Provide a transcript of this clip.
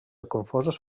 confosos